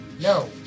No